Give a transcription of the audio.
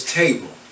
table